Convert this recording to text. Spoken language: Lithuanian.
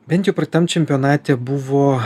bent jau praeitam čempionate buvo